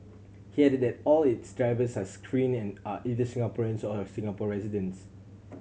he added that all its drivers are screened and are either Singaporeans or Singapore residents